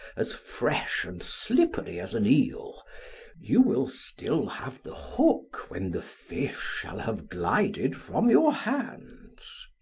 as fresh and slippery as an eel you will still have the hook when the fish shall have glided from your hands.